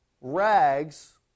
rags